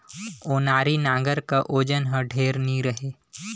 ओनारी नांगर कर ओजन हर ढेर नी रहें